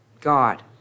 God